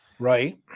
right